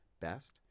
best